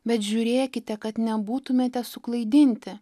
bet žiūrėkite kad nebūtumėte suklaidinti